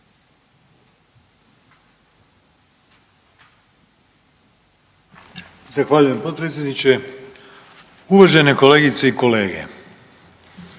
Zahvaljujem potpredsjedniče. Uvažene kolegice i kolege,